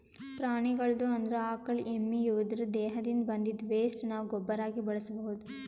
ಪ್ರಾಣಿಗಳ್ದು ಅಂದ್ರ ಆಕಳ್ ಎಮ್ಮಿ ಇವುದ್ರ್ ದೇಹದಿಂದ್ ಬಂದಿದ್ದ್ ವೆಸ್ಟ್ ನಾವ್ ಗೊಬ್ಬರಾಗಿ ಬಳಸ್ಬಹುದ್